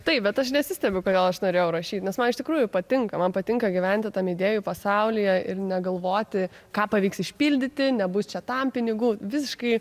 taip bet aš nesistebiu kodėl aš norėjau rašyt nes man iš tikrųjų patinka man patinka gyventi tam idėjų pasaulyje ir negalvoti ką pavyks išpildyti nebus čia tam pinigų visiškai